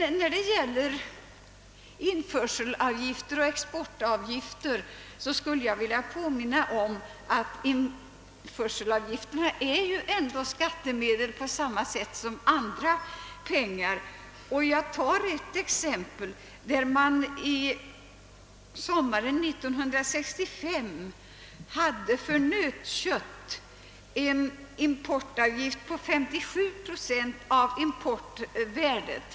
Beträffande sedan införselavgifter och exportavgifter skulle jag vilja påminna om att införselavgifterna ändå är skattemedel på samma sätt som andra pengar. Under sommaren 1965 hade man för nötkött åsatt en importavgift på 57 procent av importvärdet.